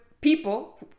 people